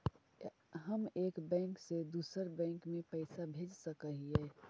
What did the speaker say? हम एक बैंक से दुसर बैंक में पैसा भेज सक हिय?